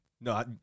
No